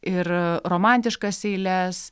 ir romantiškas eiles